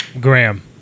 Graham